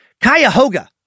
Cuyahoga